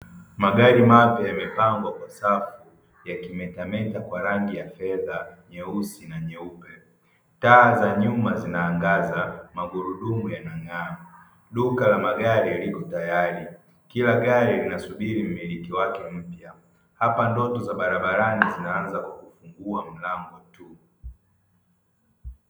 Magari mapya yamepangwa kwa safu yakimetemeta kwa rangi ya fedha nyeusi na nyeupe taa za nyuma zina angaza magurudumu yanang'aa duka la magari liko tayari, kila gari linasubiri mmiliki wake mpya hapa ndoto za barabarani zinaanza kwa kufungua milango tu.